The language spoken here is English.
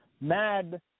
Mad